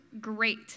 great